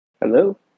hello